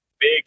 big